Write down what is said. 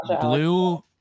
Blue